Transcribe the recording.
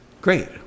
Great